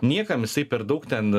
niekam jisai per daug ten